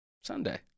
Sunday